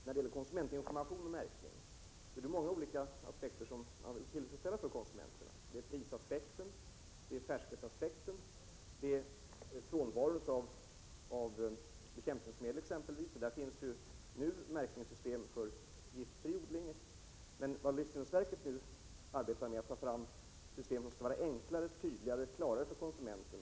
När det gäller konsumentinformation och märkning är det många olika aspekter som skall vara tillfredsställande för konsumenterna, t.ex. pris, färskhet och frånvaro av bekämpningsmedel, där det nu finns märkningssystem för giftfri odling. Livsmedelsverket arbetar med att ta fram system som skall vara enklare, klarare och tydligare för konsumenten.